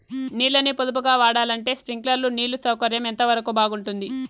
నీళ్ళ ని పొదుపుగా వాడాలంటే స్ప్రింక్లర్లు నీళ్లు సౌకర్యం ఎంతవరకు బాగుంటుంది?